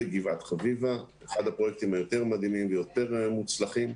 בגבעת חביבה אחד הפרויקטים היותר מדהימים ויותר מוצלחים.